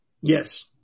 Yes